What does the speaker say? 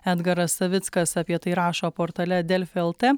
edgaras savickas apie tai rašo portale delfi lt